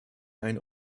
einen